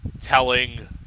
telling